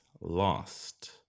lost